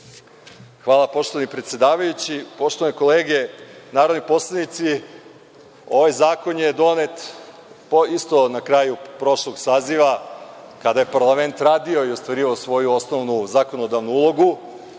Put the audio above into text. Poštovani predsedavajući, poštovane kolege narodni poslanici, ovaj zakon je donet na kraju prošlog saziva kada je parlament radio i ostvarivao svoju osnovnu zakonodavnu ulogu.